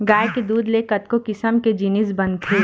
गाय के दूद ले कतको किसम के जिनिस बनथे